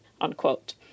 unquote